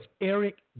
Eric